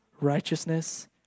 righteousness